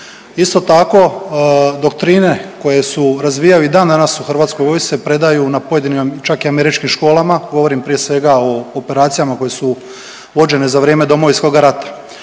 Isto tako doktrine koje se razvijaju i dan danas u HV se predaju na pojedinim čak i američkim školama, govorim prije svega o operacijama koje su vođene za vrijeme Domovinskoga rata